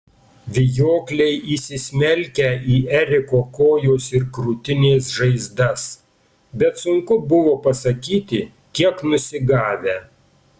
vijokliai įsismelkę į eriko kojos ir krūtinės žaizdas bet sunku buvo pasakyti kiek nusigavę